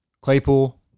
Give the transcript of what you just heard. Claypool